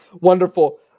Wonderful